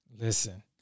Listen